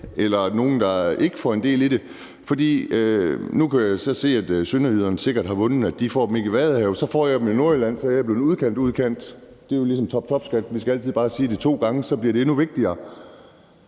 der er nogle, der ikke får del i det. Nu kunne jeg så se, at sønderjyderne sikkert har vundet, for de får dem ikke i Vadehavet, men så får jeg dem i Nordjylland, og så er jeg blevet udkantsudkant. Det er ligesom med toptopskatten: Vi skal altid bare sige det to gange, så bliver det endnu vigtigere.